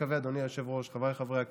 אדוני היושב-ראש, חבריי חברי הכנסת,